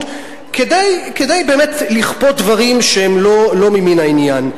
כדי באמת לכפות דברים שהם לא ממין העניין.